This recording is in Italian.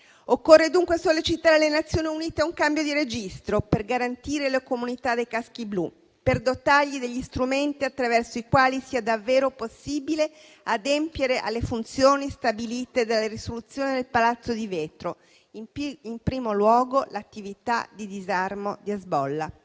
Occorre, dunque, sollecitare le Nazioni Unite ad un cambio di registro, per garantire la comunità dei caschi blu e per dotarli degli strumenti attraverso i quali sia davvero possibile adempiere alle funzioni stabilite dalla risoluzione del Palazzo di vetro: in primo luogo, l'attività di disarmo di Hezbollah.